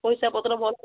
ପଇସାପତ୍ର ଭଲ